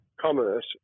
commerce